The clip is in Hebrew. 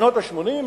בשנות ה-80,